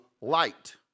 light